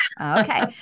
Okay